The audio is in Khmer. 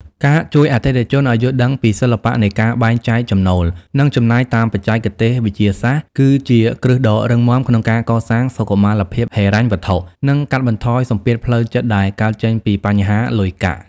ការជួយអតិថិជនឱ្យយល់ដឹងពីសិល្បៈនៃការបែងចែកចំណូល និងចំណាយតាមបច្ចេកទេសវិទ្យាសាស្ត្រ គឺជាគ្រឹះដ៏រឹងមាំក្នុងការកសាងសុខុមាលភាពហិរញ្ញវត្ថុ និងកាត់បន្ថយសម្ពាធផ្លូវចិត្តដែលកើតចេញពីបញ្ហាលុយកាក់។